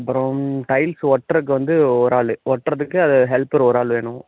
அப்புறம் டைல்ஸ் ஒட்றதுக்கு வந்து ஒரு ஆள் ஒட்டுறதுக்கு அது ஹெல்ப்பர் ஒரு ஆள் வேணும்